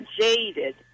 jaded